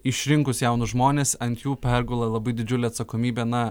išrinkus jaunus žmones ant jų pergula labai didžiulė atsakomybė na